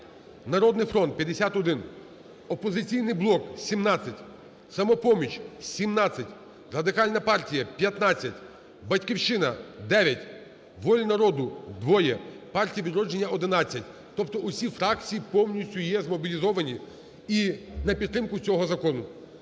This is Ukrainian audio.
"Народний фронт" – 51, "Опозиційний блок" – 17, "Самопоміч" – 17, Радикальна партія – 15, "Батьківщина" – 9 , "Воля народу" – 2, "Партія "Відродження" – 11. Тобто всі фракції повністю є змобілізовані і на підтримку цього закону.